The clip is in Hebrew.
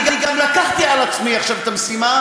אני גם לקחתי על עצמי עכשיו את המשימה